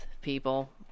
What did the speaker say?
people